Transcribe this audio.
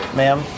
ma'am